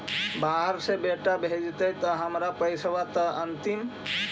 बाहर से बेटा भेजतय त हमर पैसाबा त अंतिम?